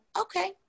okay